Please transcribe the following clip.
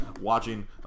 watching